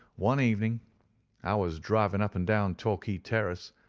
one evening i was driving up and down torquay terrace,